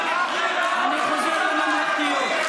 אני חוזר לממלכתיות.